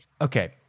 okay